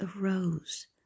arose